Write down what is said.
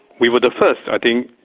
we were the first i think,